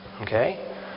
Okay